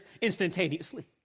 instantaneously